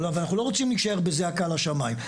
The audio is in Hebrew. ואנחנו לא רוצים להישאר בזעקה לשמיים.